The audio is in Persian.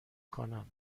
کنم